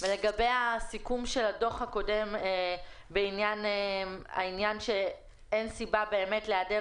לגבי הסיכום של הדוח הקודם שאמר שאין סיבה להיעדר